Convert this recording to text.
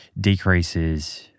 decreases